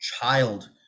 child